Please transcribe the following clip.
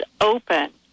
open